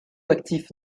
actif